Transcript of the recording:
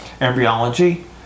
embryology